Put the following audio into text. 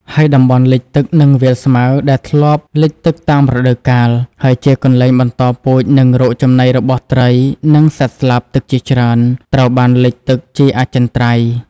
ហើយ តំបន់លិចទឹក និងវាលស្មៅ ដែលធ្លាប់លិចទឹកតាមរដូវកាល ហើយជាកន្លែងបន្តពូជ និងរកចំណីរបស់ត្រី និងសត្វស្លាបទឹកជាច្រើន ត្រូវបានលិចទឹកជាអចិន្ត្រៃយ៍។